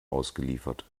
ausgeliefert